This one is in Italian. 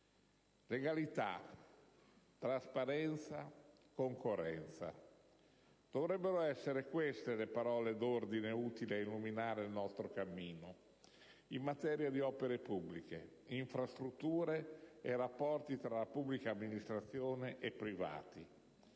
Legalità, trasparenza e concorrenza. Dovrebbero essere queste le parole d'ordine utili ad illuminare il nostro cammino in materia di opere pubbliche, infrastrutture e rapporti tra pubblica amministrazione e privati,